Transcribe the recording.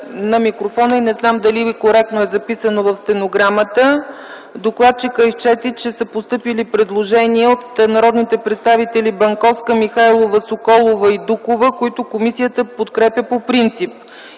докладчикът изчете, че е постъпило предложение от народните представители Банковска, Михайлова, Соколова и Дукова, което комисията подкрепя по принцип.